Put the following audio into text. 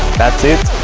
that's it!